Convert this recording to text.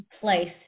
place